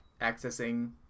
accessing